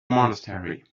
monastery